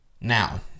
now